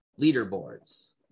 leaderboards